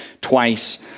twice